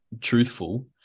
truthful